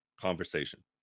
conversation